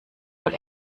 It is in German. wohl